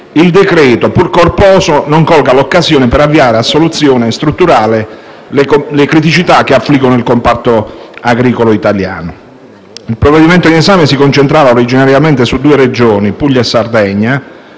il decreto-legge, pur corposo, non colga l'occasione per avviare a soluzione strutturale le criticità che affliggono il comparto agricolo italiano. Il provvedimento in esame si concentrava originariamente su due Regioni, Puglia e Sardegna,